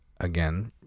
again